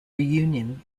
reunion